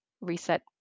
reset